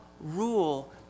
rule